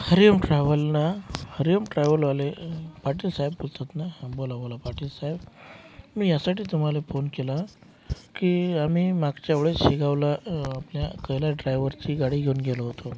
Hari Om travel ना हरी ओम ट्रॅव्हलवाले पाटील साहेब बोलतात नं हां बोला बोला पाटील साहेब मी यासाठी तुम्हाला फोन केला की आम्ही मागच्या वेळेस शेगावला आपल्या कैलास ड्रायवरची गाडी घेऊन गेलो होतो